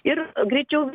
ir greičiau